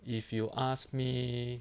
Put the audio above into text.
if you ask me